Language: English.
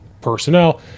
personnel